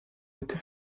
était